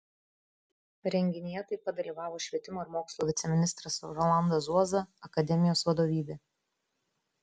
renginyje taip pat dalyvavo švietimo ir mokslo viceministras rolandas zuoza akademijos vadovybė